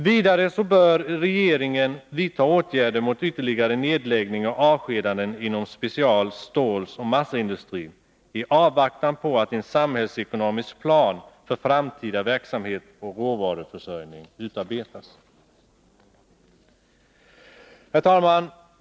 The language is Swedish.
Vidare bör regeringen vidta åtgärder mot ytterligare nedläggningar och avskedanden inom specialstålsoch massaindustrin i avvaktan på att en samhällsekonomisk plan för framtida verksamhet och råvaruförsörjning utarbetas. Herr talman!